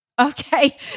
Okay